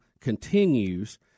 continues